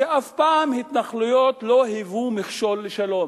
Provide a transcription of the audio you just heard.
שאף פעם התנחלויות לא היוו מכשול לשלום.